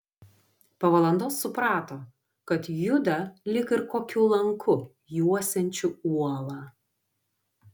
po valandos suprato kad juda lyg ir kokiu lanku juosiančiu uolą